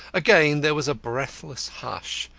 again there was a breathless hush.